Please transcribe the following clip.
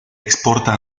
exporta